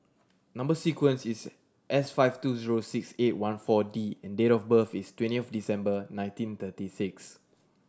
number sequence is S five two zero six eight one Four D and date of birth is twenty of December nineteen thirty six